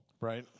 Right